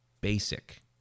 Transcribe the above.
basic